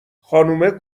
خانومه